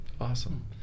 Awesome